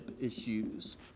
issues